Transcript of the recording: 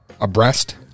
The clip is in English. abreast